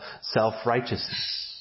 self-righteousness